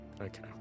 Okay